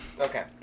Okay